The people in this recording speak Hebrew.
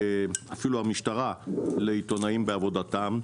אפילו המשטרה לעיתונאים בעבודתם,